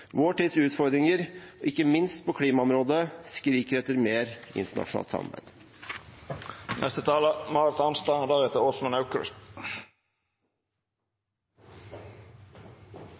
Vår tids utfordringer – ikke minst på klimaområdet – skriker etter mer internasjonalt